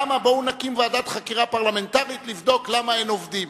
בואו נקים ועדת חקירה פרלמנטרית לבדוק למה אין עובדים.